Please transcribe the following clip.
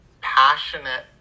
passionate